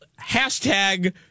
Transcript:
hashtag